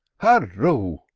hurroo!